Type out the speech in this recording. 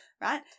Right